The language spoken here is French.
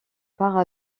part